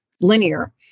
Linear